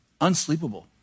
unsleepable